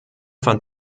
fand